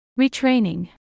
retraining